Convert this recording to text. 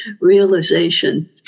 realization